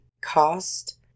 cost